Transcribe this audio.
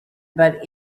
but